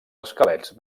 esquelets